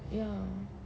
ya